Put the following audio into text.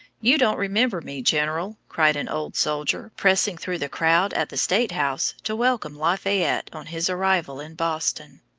you don't remember me, general! cried an old soldier, pressing through the crowd at the state house to welcome lafayette on his arrival in boston.